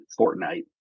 Fortnite